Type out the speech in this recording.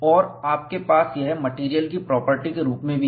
और आपके पास यह मेटेरियल की प्रॉपर्टी के रूप में भी है